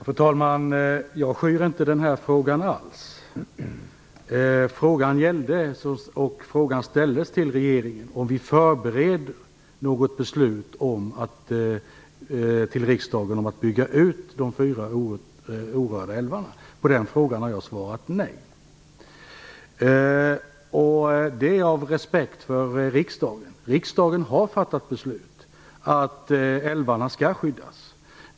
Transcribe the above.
Fru talman! Jag skyr inte alls den här frågan. Den fråga som ställdes till regeringen var om vi förbereder något beslut till riksdagen om att bygga ut de fyra orörda älvarna. På den frågan har jag svarat nej. Det är av respekt för riksdagen. Riksdagen har fattat beslut om att älvarna skall skyddas.